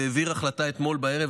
והעביר החלטה אתמול בערב,